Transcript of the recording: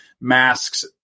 masks